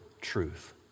truth